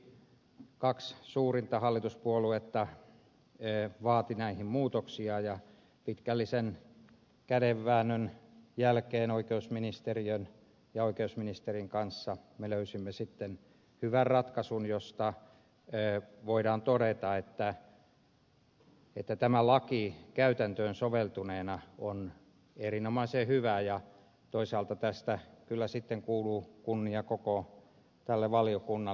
erityisesti kaksi suurinta hallituspuoluetta vaativat näihin muutoksia ja pitkällisen kädenväännön jälkeen oikeusministeriön ja oikeusministerin kanssa me löysimme sitten hyvän ratkaisun josta voidaan todeta että tämä laki käytäntöön soveltuneena on erinomaisen hyvä ja toisaalta tästä kyllä sitten kuuluu kunnia koko tälle valiokunnalle